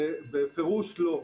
בפירוש לא.